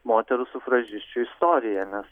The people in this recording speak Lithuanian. moterų sufražisčių istoriją nes